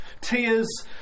tears